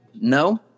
No